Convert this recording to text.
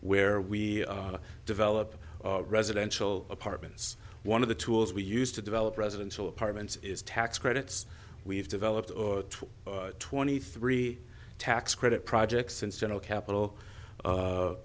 where we develop residential apartments one of the tools we used to develop residential apartments is tax credits we've developed or twenty three tax credit projects in general capital